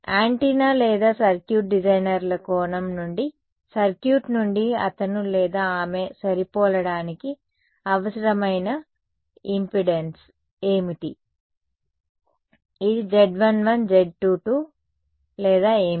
antenna లేదా circuit డిజైనర్ల కోణం నుండి సర్క్యూట్ నుండి అతను లేదా ఆమె సరిపోలడానికి అవసరమైన ఇంపెడెన్సు ఏమిటి ఇది Z11 Z22 లేదా ఏమిటి